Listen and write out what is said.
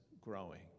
growing